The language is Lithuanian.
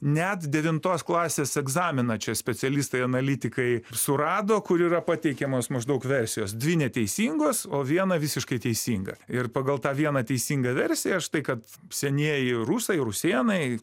net devintos klasės egzaminą čia specialistai analitikai surado kur yra pateikiamos maždaug versijos dvi neteisingos o viena visiškai teisinga ir pagal tą vieną teisingą versiją štai kad senieji rusai rusėnai